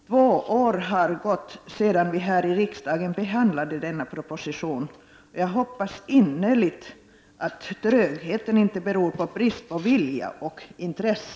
Två år har gått sedan vi här i riksdagen behandlade denna proposition. Jag hoppas innerligt att trögheten inte beror på brist på vilja och intresse.